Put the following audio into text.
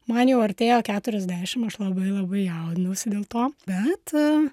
man jau artėjo keturiasdešimt aš labai labai jaudinausi dėl to bet